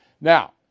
Now